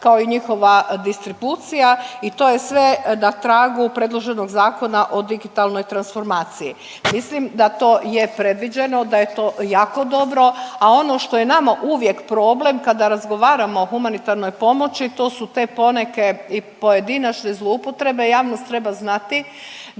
kao i njihova distribucija i to je sve na tragu predloženog Zakona o digitalnog transformaciji. Mislim da to je predviđeno, da je to jako dobro, a ono što je nama uvijek problem kada razgovaramo o humanitarnoj pomoći to su te poneke i pojedinosti, zloupotrebe. Javnost treba znati